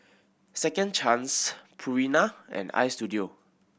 Second Chance Purina and Istudio